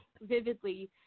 vividly